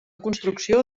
construcció